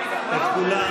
את כולם,